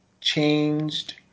changed